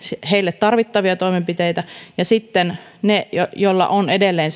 heille tarvittavia toimenpiteitä ja sitten ne joilla on edelleen